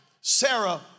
Sarah